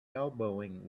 elbowing